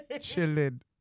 chilling